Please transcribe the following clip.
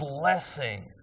blessing